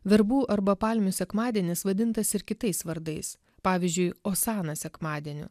verbų arba palmių sekmadienis vadintas ir kitais vardais pavyzdžiui osana sekmadieniu